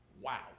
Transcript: Wow